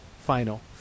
final